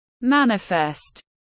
manifest